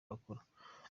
bakora